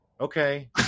Okay